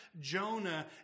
Jonah